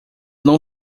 não